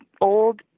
old